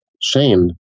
Shane